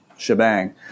shebang